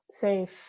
Safe